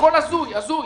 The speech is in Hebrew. הכול הזוי, הזוי.